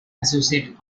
associate